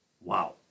Wow